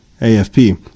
AFP